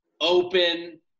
open